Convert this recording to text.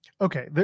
Okay